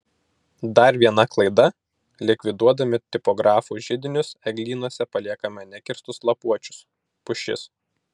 dar viena klaida likviduodami tipografų židinius eglynuose paliekame nekirstus lapuočius pušis